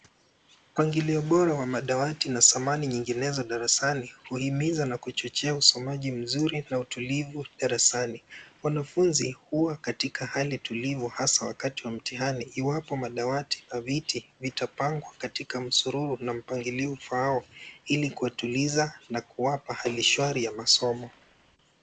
Mpangilio bora wa dawati na samani nyinginezo darasani, huhimiza na kuchuchia usomaji mzuri na utulivu darasani. Wanafunzi hua katika hali tulivu hasa wakati wa mtihani, iwapo madawati na viti vitapangwa katika msururo na mpangilio ufaao ili kuwatuliza na kuwapa mandhari ya masomo.